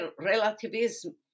relativism